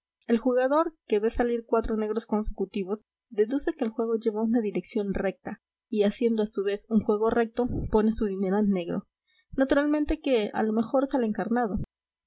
el jugador que ve salir cuatro negros consecutivos deduce que el juego lleva una dirección recta y haciendo a su vez un juego recto pone su dinero a negro naturalmente que a lo mejor sale encarnado